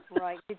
Right